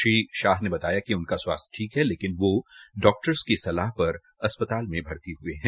श्री शाह ने बताया कि उनका स्वास्थ्य ठीक है लेकिन यो डाक्टर्स की सलाह पर अस्पताल में भर्ती हुये है